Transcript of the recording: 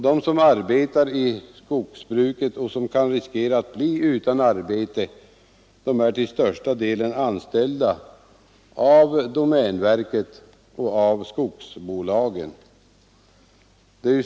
De som arbetar i skogsbruket och som kan riskera att bli utan arbete är till största delen anställda av domänverket och skogsbolagen.